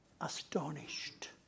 astonished